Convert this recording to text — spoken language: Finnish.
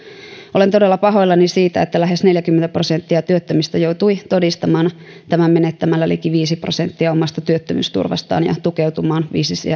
olen todella pahoillani siitä että lähes neljäkymmentä prosenttia työttömistä joutui todistamaan tämän menettämällä liki viisi prosenttia omasta työttömyysturvastaan ja tukeutumaan